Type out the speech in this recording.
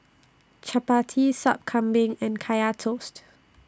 Chappati Sup Kambing and Kaya Toast